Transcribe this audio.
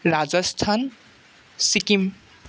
Rajasthan Sikkim